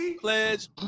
pledge